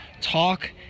talk